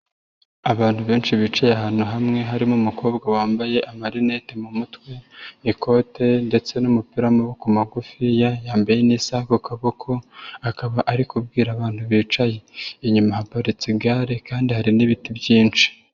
Abantu benshi bicaye ahantu hamwe harimo umukobwa wambaye amarinete mu mutwe, ikote ndetse n'umupira w'amaboko magufiya, yambaye n'isaha ku kaboko akaba ari kubwira abantu bicaye, inyuma haparitse igare kandi hari n'ibiti byinshi.